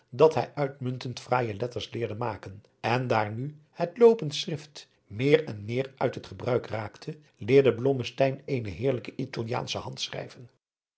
dat hij uitmuntend fraaije letters leerde maken en daar nu het loopend schrift meer en meer uit het gebruik raakte leerde blommesteyn eene heerlijke italiaansche hand schrijven